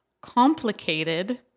complicated